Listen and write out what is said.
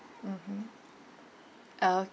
mmhmm ok~